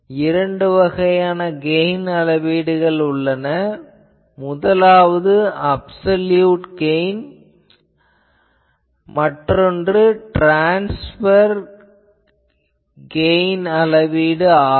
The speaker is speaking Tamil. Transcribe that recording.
இரண்டு வகையான கெயின் அளவீடுகள் உள்ளன முதலாவது அப்சொலுயுட் கெயின் அளவீடு மற்றொன்று ட்ரான்ஸ்பர் கெயின் அளவீடு ஆகும்